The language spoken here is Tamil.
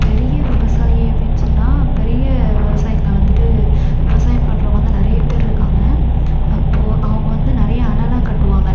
பெரிய விவசாயி அப்பிடின்னு சொன்னால் பெரிய விவசாயிங்க வந்துட்டு விவசாயம் பண்றவங்க வந்து நிறைய பேர் இருக்காங்க அப்போது அவங்க வந்து நிறையா அணைலா கட்டுவாங்க